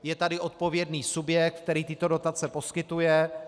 Je tady odpovědný subjekt, který tyto dotace poskytuje.